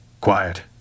Quiet